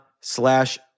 slash